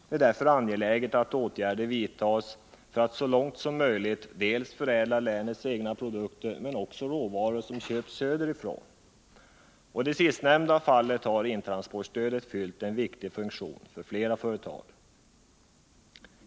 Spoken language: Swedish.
Det är därför angeläget att åtgärder vidtas för att så långt som möjligt förädla dels länets egna produkter, dels också råvaror som köps söderifrån. I det sistnämnda fallet har intransportstödet fyllt en viktig funktion för flera företag.